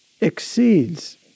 exceeds